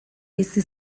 bizi